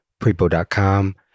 prepo.com